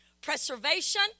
preservation